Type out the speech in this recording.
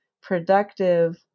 productive